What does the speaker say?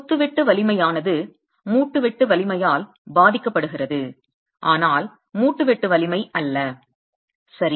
கொத்து வெட்டு வலிமையானது மூட்டு வெட்டு வலிமையால் பாதிக்கப்படுகிறது ஆனால் மூட்டு வெட்டு வலிமை அல்ல சரி